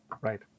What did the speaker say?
Right